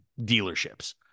dealerships